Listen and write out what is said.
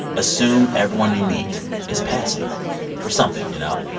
assume everyone you meet is passing for something, you know?